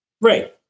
Right